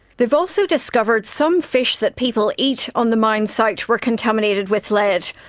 they've also discovered some fish that people eat on the mine site were contaminated with lead,